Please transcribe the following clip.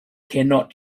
cannot